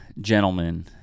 gentlemen